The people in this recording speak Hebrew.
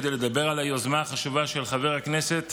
כדי לדבר על היוזמה החשובה של חבר הכנסת